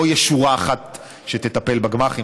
לא תהיה שורה אחת שתטפל בגמ"חים.